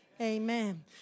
Amen